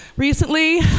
Recently